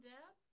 Deb